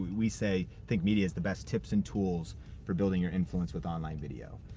we we say, think media's the best tips and tools for building your influence with online video.